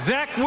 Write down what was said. Zach